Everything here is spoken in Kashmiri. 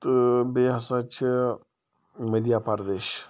تہٕ بیٚیہِ ہَسا چھِ مٔدھیہ پرٛدیش